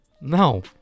no